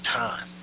time